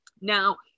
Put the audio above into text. Now